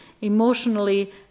emotionally